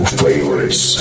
favorites